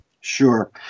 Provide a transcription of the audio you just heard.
Sure